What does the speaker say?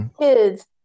kids